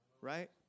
right